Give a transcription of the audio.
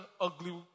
ugly